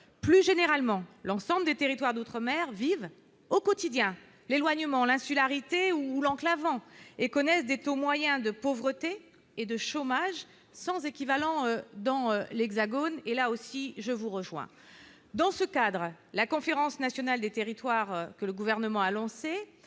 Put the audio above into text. plus généralement, l'ensemble des territoires d'outre-mer vive au quotidien l'éloignement, l'insularité ou l'enclave en et connaissent des taux moyens de pauvreté et de chômage sans équivalent dans l'Hexagone et là aussi je vous rejoins dans ce cadre, la conférence nationale des territoires que le gouvernement a lancé